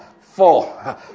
four